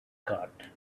card